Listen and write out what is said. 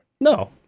no